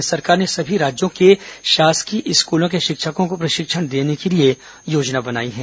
केन्द्र सरकार ने सभी राज्यों के शासकीय स्कूलों के शिक्षकों को प्रशिक्षण देने के लिए योजना बनाई है